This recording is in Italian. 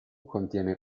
contiene